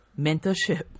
mentorship